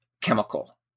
chemical